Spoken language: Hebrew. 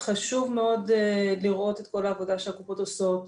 חשוב מאוד לראות את כל העבודה שקופות החולים עושות,